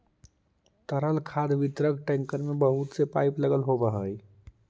तरल खाद वितरक टेंकर में बहुत से पाइप लगल होवऽ हई